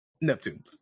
Neptune